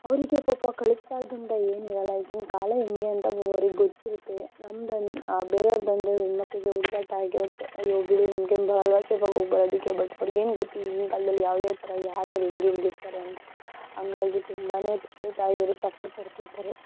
ಅವರಿಗೆ ಪಾಪ ಕಳಿಸಬಾರದು ಅಂತ ಏನಿರಲ್ಲ ಈಗಿನ ಕಾಲ ಹೇಗೆ ಅಂತ ಅವರಿಗೆ ಗೊತ್ತಿರುತ್ತೆ ನಮ್ಮದನ್ನ ಬೇರೆಯವರು ಬಂದರೆ ಹೆಣ್ಣುಮಕ್ಕಳಿಗೆ ಹುಡುಗಾಟ ಆಗಿರುತ್ತೆ ಅಯ್ಯೋ ಬಿಡು ನಿನಮಗೇನು ಬರಲ್ವಾ ಸೇಫ್ ಆಗಿ ಹೋಗಿಬರೋದಕ್ಕೆ ಬಟ್ ಅವರಿಗೇನು ಗೊತ್ತು ಈಗಿನ ಕಾಲದಲ್ಲಿ ಯಾವ್ಯಾವ ಥರ ಯಾರು ಯಾರು ಹೇಗೇಗಿರ್ತಾರೆ ಅಂತ ಹಾಗಾಗಿ ತುಂಬಾನೆ ತಂದೆ ತಾಯಿಯವರು ಸಫರ್ ಪಡ್ತಿರ್ತಾರೆ